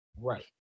Right